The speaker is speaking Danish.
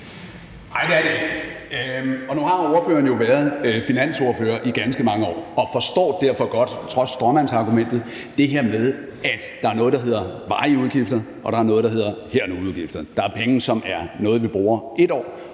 Nej, det er det ikke. Nu har ordføreren jo været finansordfører i ganske mange år og forstår derfor godt, trods stråmandsargumentet, det her med, at der er noget, der hedder varige udgifter, og at der er noget, der hedder her og nu-udgifter. Der er penge, som vi bruger i et år,